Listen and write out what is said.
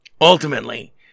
Ultimately